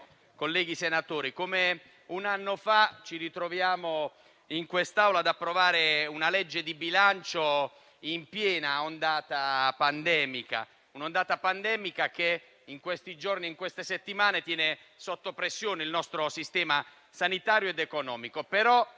Governo, come un anno fa ci ritroviamo in quest'Aula ad approvare una legge di bilancio in piena ondata pandemica, che in questi giorni e in queste settimane tiene sotto pressione il nostro sistema sanitario ed economico.